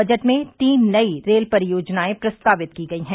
budget में तीन नई रेल परियोजनाएं प्रस्तावित की गई हैं